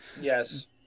yes